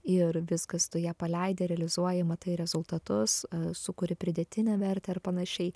ir viskas tu ją paleidi realizuoji matai rezultatus sukuri pridėtinę vertę ir panašiai